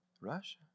Russia